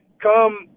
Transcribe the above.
come